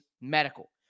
Medical